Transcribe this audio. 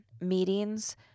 meetings